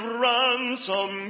ransom